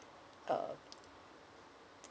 um